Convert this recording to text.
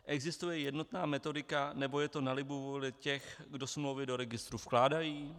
Existuje jednotná metodika, nebo je na to libovůli těch, kdo smlouvy do registru vkládají?